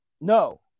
No